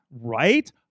right